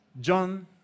John